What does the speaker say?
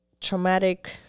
traumatic